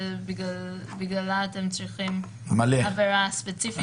שבגללה אתם צריכים עבירה ספציפית?